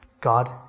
God